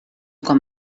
com